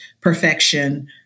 perfection